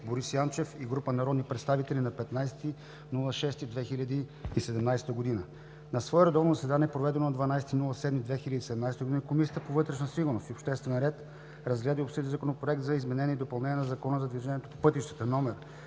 Борис Ячев и група народни представители на 15 юни 2017 г. На свое редовно заседание, проведено на 12 юли 2017 г., Комисията по вътрешна сигурност и обществен ред разгледа и обсъди Законопроект за изменение и допълнение на Закона за движението по пътищата,